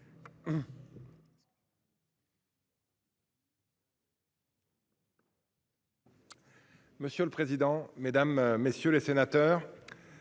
Monsieur le président, mesdames, messieurs les sénateurs,